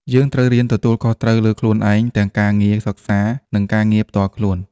យើងត្រូវរៀនទទួលខុសត្រូវលើខ្លួនឯង ទាំងការងារសិក្សា និងការងារផ្ទាល់ខ្លួន។